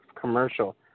commercial